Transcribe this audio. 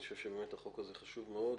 אני חושב שבאמת החוק הזה חשוב מאוד.